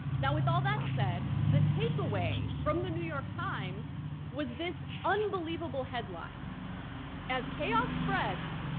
now with all that said, the takeaway from the new york times was this unbelievable headline as chaos spreads,